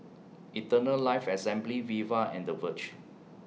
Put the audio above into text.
Eternal Life Assembly Viva and The Verge